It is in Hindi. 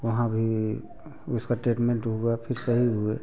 वहाँ भी उसका ट्रीटमेंट हुआ फिर सही हुए